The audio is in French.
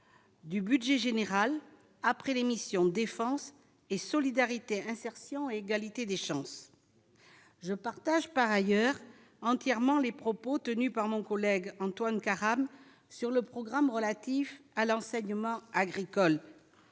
du budget général après l'émission, défense et Solidarité, insertion et égalité des chances, je partage par ailleurs entièrement les propos tenus par mon collègue Antoine Karam sur le programme relatif à l'enseignement agricole,